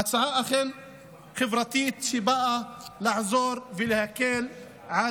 ההצעה אכן חברתית ובאה לעזור ולהקל על